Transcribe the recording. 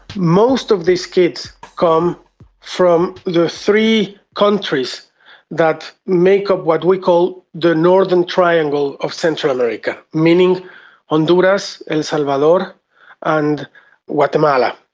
most of these kids come from the three countries that make up what we call the northern triangle of central america, meaning honduras, el salvador and guatemala.